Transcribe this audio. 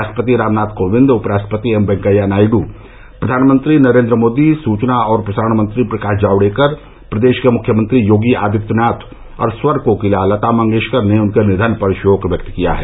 राष्ट्रपति रामनाथ कोविंद उपराष्ट्रपति एम वैंकेया नायडू प्रधानमंत्री नरेन्द्र मोदी सूचना और प्रसारण मंत्री प्रकाश जावड़ेकर प्रदेश के मुख्यमंत्री योगी आदित्यनाथ और स्वर कोकिला लता मंगेशकर ने उनके निधन पर शोक व्यक्त किया है